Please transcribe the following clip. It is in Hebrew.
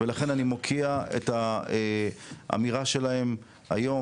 ולכן אני מוקיע את האמירה שלהם היום,